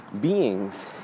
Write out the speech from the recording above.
beings